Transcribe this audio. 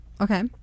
Okay